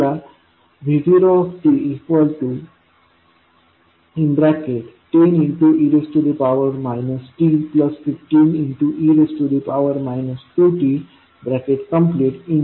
तुम्हाला v0t10e t15e 2tu मिळू शकते